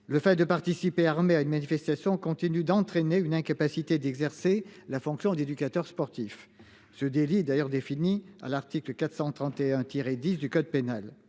Le fait de participer armée à une manifestation continue d'entraîner une incapacité d'exercer la fonction d'éducateur sportif, ce délit d'ailleurs défini à l'article 431 tiré 10 du code pénal.